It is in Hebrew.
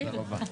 תודה רבה.